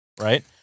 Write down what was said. right